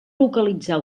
localitzar